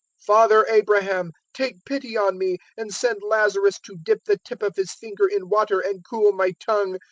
father abraham, take pity on me and send lazarus to dip the tip of his finger in water and cool my tongue,